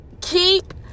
keep